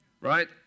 Right